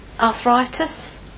arthritis